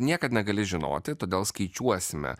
niekad negali žinoti todėl skaičiuosime